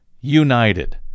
United